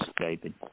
David